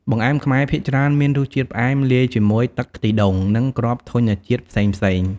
បង្អែមខ្មែរភាគច្រើនមានរសជាតិផ្អែម លាយជាមួយទឹកខ្ទិះដូង និងគ្រាប់ធញ្ញជាតិផ្សេងៗ ។